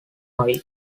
oil